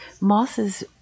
mosses